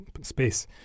space